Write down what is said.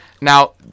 Now